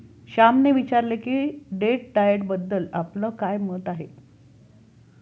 श्यामने विचारले की डेट डाएटबद्दल आपले काय मत आहे?